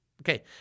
okay